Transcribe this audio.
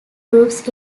groups